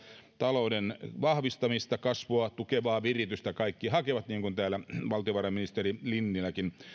talouden vahvistamista kaikki hakevat kasvua tukevaa viritystä niin kuin täällä valtiovarainministeri lintiläkin